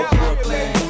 Brooklyn